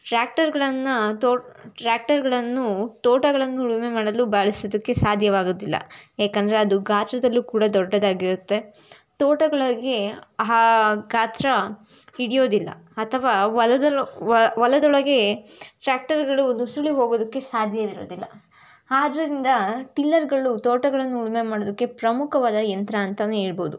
ಟ್ರ್ಯಾಕ್ಟರ್ಗಳನ್ನು ತೋಟ ಟ್ರ್ಯಾಕ್ಟರ್ಗಳನ್ನು ತೋಟಗಳನ್ನು ಉಳುಮೆ ಮಾಡಲು ಬಳ್ಸೋದಕ್ಕೆ ಸಾಧ್ಯವಾಗೋದಿಲ್ಲ ಏಕೆಂದ್ರೆ ಅದು ಗಾತ್ರದಲ್ಲೂ ಕೂಡ ದೊಡ್ಡದಾಗಿರುತ್ತೆ ತೋಟಗಳಿಗೆ ಗಾತ್ರ ಹಿಡಿಯೋದಿಲ್ಲ ಅಥವಾ ಹೊಲದೊಲು ಹೊಲದೊಳಗೆ ಟ್ರ್ಯಾಕ್ಟರ್ಗಳು ನುಸುಳಿ ಹೋಗೋದಕ್ಕೆ ಸಾಧ್ಯವಿರೋದಿಲ್ಲ ಆದ್ರಿಂದ ಟಿಲ್ಲರ್ಗಳು ತೋಟಗಳನ್ನು ಉಳುಮೆ ಮಾಡೋದಕ್ಕೆ ಪ್ರಮುಖವಾದ ಯಂತ್ರ ಅಂತನೇ ಹೇಳ್ಬೋದು